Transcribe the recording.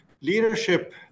leadership